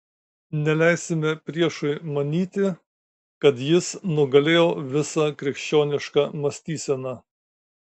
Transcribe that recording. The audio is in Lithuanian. neleisime priešui manyti kad jis nugalėjo visą krikščionišką mąstyseną